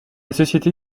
société